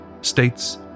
states